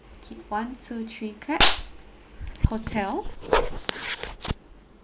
okay one two three clap hotel